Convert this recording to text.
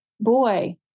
boy